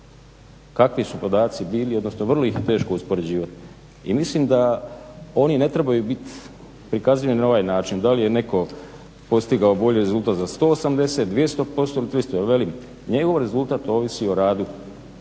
kakvi su podaci bili odnosno vrlo ih je teško uspoređivati. I mislim da oni ne trebaju biti prikazivani na ovaj način, da li je netko postigao bolji rezultat za 180, 200% ili 300 jer velim njegov rezultat ovisi o radu